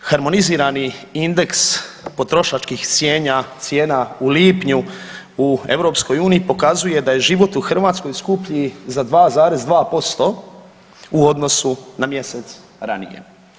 Harmonizirani indeks potrošačkih cijena u lipnju u EU pokazuje da je život u Hrvatskoj skuplji za 2,2% u odnosu na mjesec ranije.